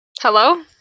Hello